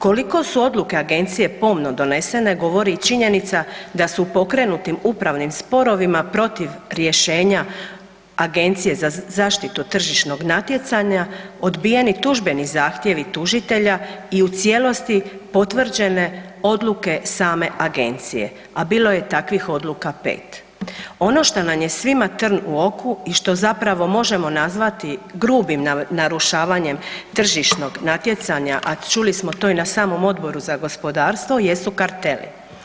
Koliko su odluke agencije pomno donesene, govori i činjenica da su pokrenutim upravnim sporovima protiv rješenja Agencije za zaštitu tržišnog natjecanja odbijeni tužbeni zahtjevi tužitelja i u cijelosti potvrđene odluke same agencije a bilo je takvih odluka 5. Ono što nam je svima u trn u oku i što zapravo možemo nazvati grubim narušavanjem tržišnog natjecanja a čuli smo to i na samom Odboru za gospodarstvo, jesu karteli.